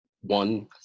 one